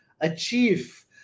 achieve